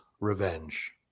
revenge